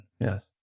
Yes